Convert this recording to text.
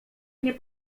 nie